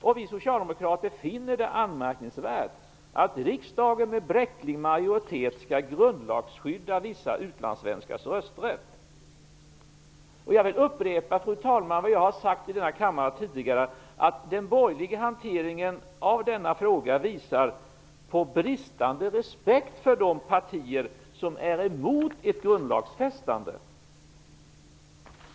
Och vi socialdemokrater finner det anmärkningsvärt att riksdagen med bräcklig majoritet skall grundlagsskydda vissa utlandssvenskars rörsträtt. Fru talman! Jag upprepar det som jag i denna kammare sagt tidigare: Den borgerliga hanteringen av denna fråga visar på brist på respekt för de partier som är emot ett grundlagsfästande.